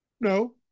No